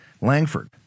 Langford